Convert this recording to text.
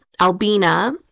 Albina